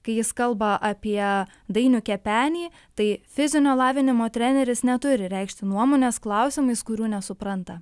kai jis kalba apie dainių kepenį tai fizinio lavinimo treneris neturi reikšti nuomonės klausimais kurių nesupranta